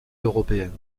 européennes